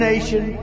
nation